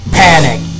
panic